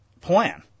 plan